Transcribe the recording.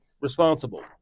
responsible